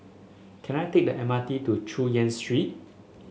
can I take the M R T to Chu Yen Street